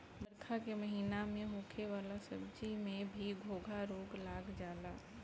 बरखा के महिना में होखे वाला सब्जी में भी घोघा रोग लाग जाला